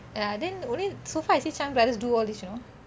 ya then only so far I see Chan Brothers do all this you know